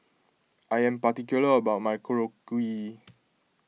I am particular about my Korokke